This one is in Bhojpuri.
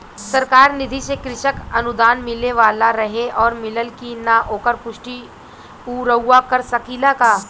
सरकार निधि से कृषक अनुदान मिले वाला रहे और मिलल कि ना ओकर पुष्टि रउवा कर सकी ला का?